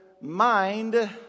mind